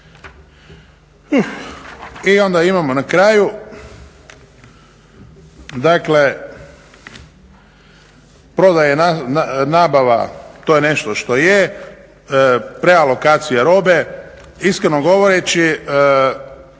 I onda imamo na kraju dakle prodaja, nabava, to je nešto što je, prealokacija robe. Iskreno govoreći,